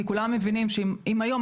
כי כולם מבינים שאם היום,